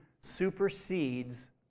supersedes